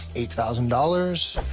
eight thousand dollars.